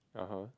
(uh huh)